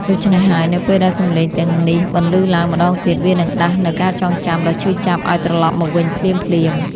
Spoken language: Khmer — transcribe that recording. ដូច្នេះហើយ នៅពេលដែលសម្លេងទាំងនេះបន្លឺឡើងម្តងទៀត វានឹងដាស់នូវការចងចាំដ៏ឈឺចាប់ឱ្យត្រឡប់មកវិញភ្លាមៗ